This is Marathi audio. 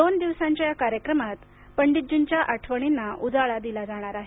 दोन दिवसांच्या या कार्यक्रमात पंडितजींच्या आठवणींना उजाळा दिला जाणार आहे